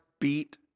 beat